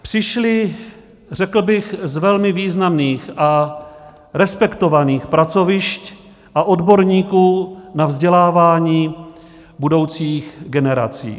Přišly, řekl bych, z velmi významných a respektovaných pracovišť a od odborníků na vzdělávání budoucích generací.